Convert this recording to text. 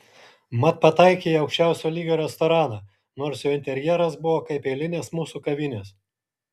mat pataikei į aukščiausio lygio restoraną nors jo interjeras buvo kaip eilinės mūsų kavinės